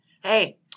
Hey